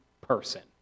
person